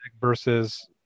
versus